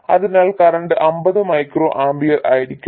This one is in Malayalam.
അതിനാൽ കറന്റ് 50 മൈക്രോ ആമ്പിയർ ആയിരിക്കും